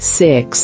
six